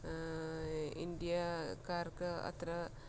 ഇന്ത്യക്കാർക്ക് അത്ര